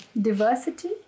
diversity